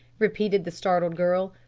repeated the startled girl.